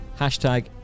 hashtag